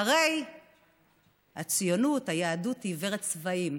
שהרי הציונות, היהדות, היא עיוורת צבעים.